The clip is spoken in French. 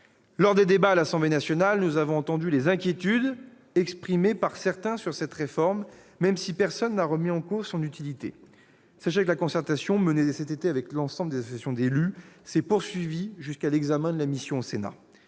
Lors des débats à l'Assemblée nationale, nous avons entendu les inquiétudes exprimées par certains sur cette réforme, même si personne n'a remis en cause son utilité. Sachez que la concertation menée cet été avec l'ensemble des associations d'élus s'est poursuivie jusqu'à l'examen de la mission au Sénat.